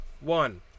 one